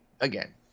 Again